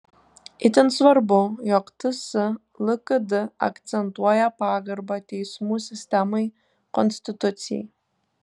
itin svarbu jog ts lkd akcentuoja pagarbą teismų sistemai konstitucijai